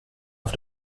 auf